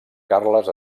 carles